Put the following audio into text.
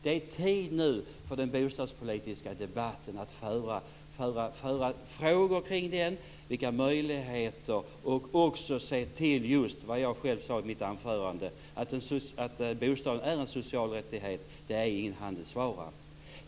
Det är tid nu för den bostadspolitiska debatten och att driva frågor kring den om vilka möjligheter som finns och också att se till just vad jag sade i mitt anförande, dvs. att en bostad är en social rättighet - den är ingen handelsvara.